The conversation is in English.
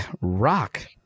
Rock